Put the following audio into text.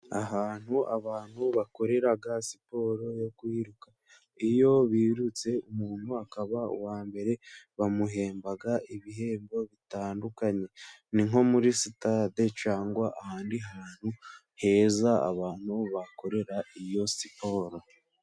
Ahantu abantu bakorera siporo yo kwiruka, iyo birutse umuntu akaba uwa mbere bamuhemba ibihembo bitandukanye. Ni nko muri sitade cyangwa ahandi hantu heza abantu bakorera iyo siporo.